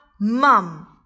Mum